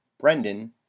Brendan